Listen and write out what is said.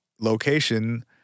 location